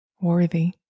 worthy